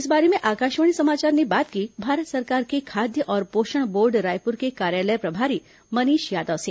इस बारे में आकाशवाणी समाचार ने बात की भारत सरकार के खाद्य और पोषण बोर्ड रायपुर के कार्यालय प्रभारी मनीष यादव से